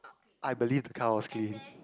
I believe the car was clean